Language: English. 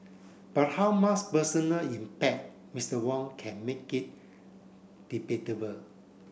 but how much personal impact Mister Wang can make it debatable